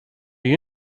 you